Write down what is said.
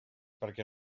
perquè